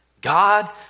God